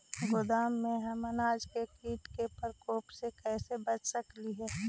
गोदाम में हम अनाज के किट के प्रकोप से कैसे बचा सक हिय?